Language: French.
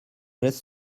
laisse